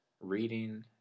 reading